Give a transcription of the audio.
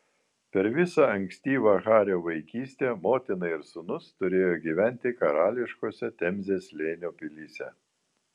per visą ankstyvą hario vaikystę motina ir sūnus turėjo gyventi karališkose temzės slėnio pilyse